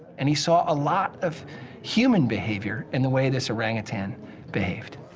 and he saw a lot of human behavior in the way this orangutan behaved.